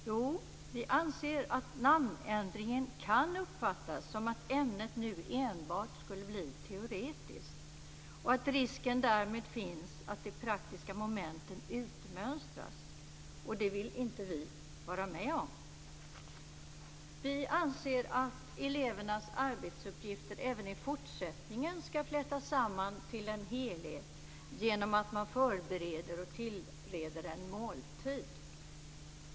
Jo, vi anser att namnändringen kan uppfattas som att ämnet nu skulle bli enbart teoretiskt och att risken därmed finns att de praktiska momenten utgår. Det vill vi inte vara med om. Vi anser att elevernas arbetsuppgifter även i fortsättningen ska flätas samman till en helhet genom att man förbereder och tillreder en måltid.